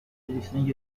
دوستانی